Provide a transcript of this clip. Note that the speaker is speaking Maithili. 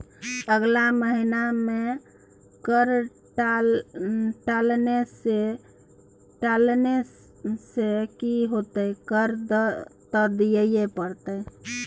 अगला महिना मे कर टालने सँ की हेतौ कर त दिइयै पड़तौ